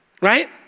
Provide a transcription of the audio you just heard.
right